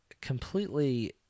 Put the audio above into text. completely